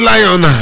Lion